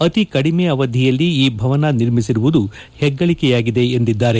ಅತಿ ಕಡಿಮೆ ಅವಧಿಯಲ್ಲಿ ಈ ಭವನ ನಿರ್ಮಿಸಿರುವುದು ಹೆಗ್ಗಳಿಕೆಯಾಗಿದೆ ಎಂದಿದ್ದಾರೆ